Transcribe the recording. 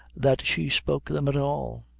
that she spoke them at all.